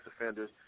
offenders